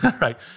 Right